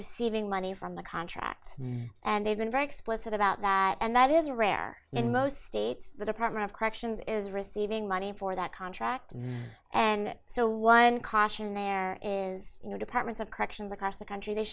receiving money from the contract and they've been very explicit about that and that is rare in most states the department of corrections is receiving money for that contract and so one caution there is you know departments of corrections across the country the